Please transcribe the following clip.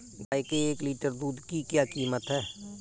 गाय के एक लीटर दूध की क्या कीमत है?